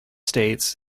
states